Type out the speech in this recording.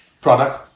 products